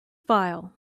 file